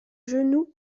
genou